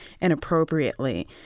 inappropriately